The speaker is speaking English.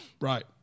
Right